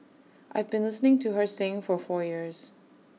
I've been listening to her sing for four years